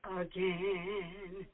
again